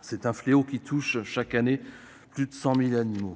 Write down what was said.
Ce fléau touche chaque année plus de 100 000 d'entre eux.